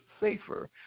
safer